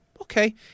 okay